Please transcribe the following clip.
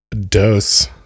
dose